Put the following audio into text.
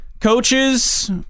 Coaches